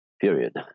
period